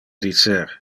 dicer